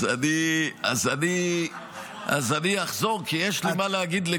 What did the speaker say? אז אני אחזור, כי יש לי מה להגיד לגוף ההצעה.